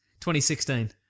2016